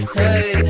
hey